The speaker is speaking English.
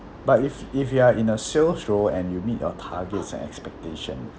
but if if you are in a sales role and you meet your targets and expectation